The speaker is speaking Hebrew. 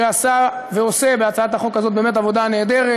שעשה ועושה בהצעת החוק הזאת באמת עבודה נהדרת,